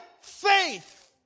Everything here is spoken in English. faith